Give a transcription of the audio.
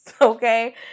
okay